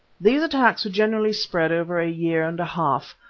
these attacks were generally spread over a year and a half.